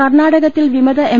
M കർണാടകത്തിൽ വിമത M